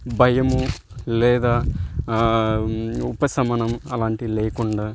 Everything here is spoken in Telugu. భయము లేదా ఉపశమనం అలాంటివి లేకుండా